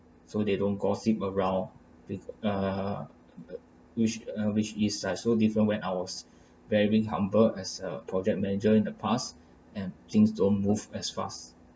so they don't gossip around with uh which uh which is I so different when I was very humble as a project manager in the past and things don't move as fast